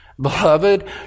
Beloved